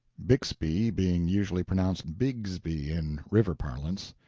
bixby being usually pronounced bigsby in river parlance.